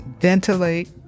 Ventilate